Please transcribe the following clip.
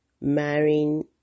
marrying